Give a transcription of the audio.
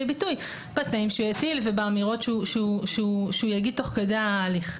ביטוי בתנאים שהוא יטיל ובאמירות שהוא יגיד תוך כדי ההליך.